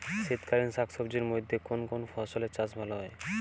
শীতকালীন শাকসবজির মধ্যে কোন কোন ফসলের চাষ ভালো হয়?